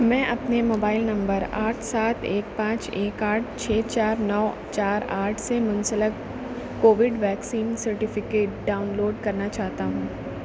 میں اپنے mobile number آٹھ سات ایک پانچ ایک آٹھ چھ چار نو چار آٹھ سے منسلک COVID vaccine certificate download کرنا چاہتا ہوں